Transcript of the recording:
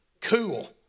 Cool